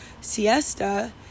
siesta